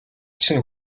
чинь